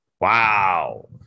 Wow